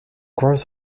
grows